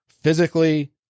physically